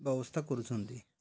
ବ୍ୟବସ୍ଥା କରୁଛନ୍ତି